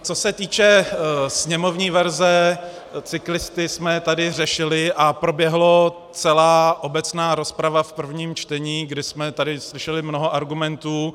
Co se týče sněmovní verze, cyklisty jsme tady řešili a proběhla celá obecná rozprava v prvním čtení, kdy jsme tady slyšeli mnoho argumentů.